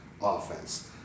offense